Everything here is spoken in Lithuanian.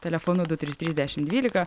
telefonu du trys trys dešim dvylika